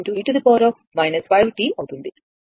కాబట్టి ఇది 60 e 5t అవుతుంది